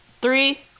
three